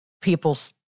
people's